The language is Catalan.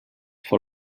fou